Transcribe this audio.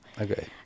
Okay